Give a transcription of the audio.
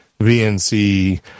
vnc